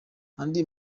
andi